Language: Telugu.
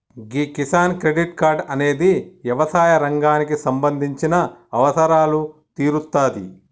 గీ కిసాన్ క్రెడిట్ కార్డ్ అనేది యవసాయ రంగానికి సంబంధించిన అవసరాలు తీరుత్తాది